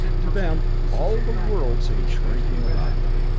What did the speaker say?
to them all the world seemed shrinking about them.